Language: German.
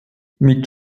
mit